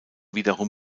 wiederum